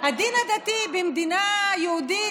הדין הדתי במדינה יהודית,